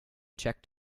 checked